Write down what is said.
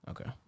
Okay